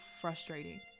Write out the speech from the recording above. frustrating